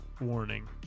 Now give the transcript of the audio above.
warning